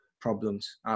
problems